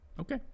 Okay